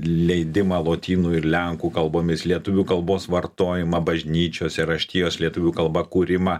leidimą lotynų ir lenkų kalbomis lietuvių kalbos vartojimą bažnyčiose raštijos lietuvių kalba kūrimą